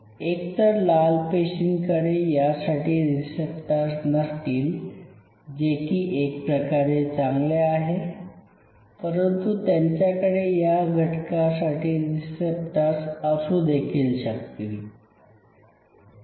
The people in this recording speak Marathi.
एक तर लाल पेशींकडे यासाठी रिसेप्टर्स नसतील जे की एकप्रकारे चांगले आहे परंतु त्यांच्याकडे या घटकासाठी रिसेप्टर्स असू देखील शकतील